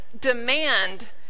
demand